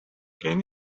can